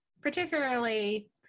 particularly